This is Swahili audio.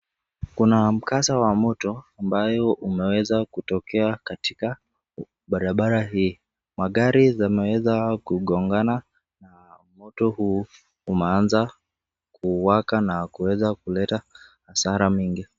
Kuna mkasa wa moto ambayo umeweza kutokea katika barabara hii, magari zimeweza kugongana, na moto huu umeanza kuwaka na kuweza kuleta hasara mingi.